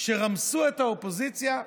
שרמסו את האופוזיציה,